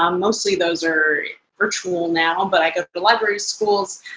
um mostly, those are virtual now, but i go to libraries, schools,